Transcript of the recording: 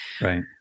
Right